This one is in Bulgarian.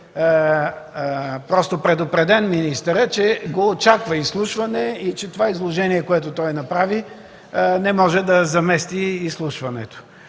бъде предупреден, че го очаква изслушване и че това изложение, което той направи, не може да замести изслушването.